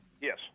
Yes